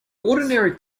ordinary